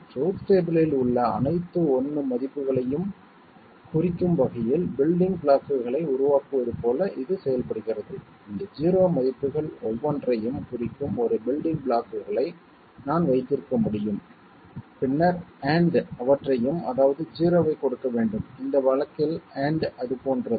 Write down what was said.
truth table இல் உள்ள அனைத்து 1 மதிப்புகளையும் குறிக்கும் வகையில் பில்டிங் பிளாக்குகளை உருவாக்குவது போல் இது செயல்படுகிறது இந்த 0 மதிப்புகள் ஒவ்வொன்றையும் குறிக்கும் ஒரு பில்டிங் பிளாக்குகளை நான் வைத்திருக்க முடியும் பின்னர் AND அவற்றையும் அதாவது 0 ஐ கொடுக்க வேண்டும் இந்த வழக்கில் AND அது போன்றது